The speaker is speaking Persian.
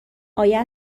آیه